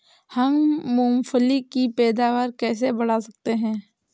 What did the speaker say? हम मूंगफली की पैदावार कैसे बढ़ा सकते हैं?